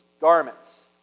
garments